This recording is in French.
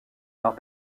arts